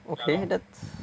okay that's